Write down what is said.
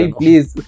please